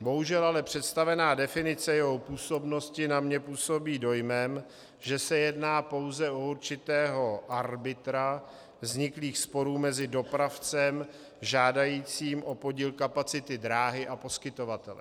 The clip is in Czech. Bohužel ale představená definice jeho působnosti na mě působí dojmem, že se jedná pouze o určitého arbitra vzniklých sporů mezi dopravcem žádajícím o podíl kapacity dráhy a poskytovatelem.